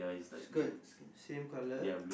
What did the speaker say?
skirt same color